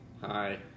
Hi